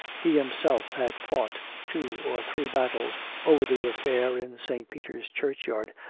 he himself had fought two or three battles over the affair in st. peter's churchyard,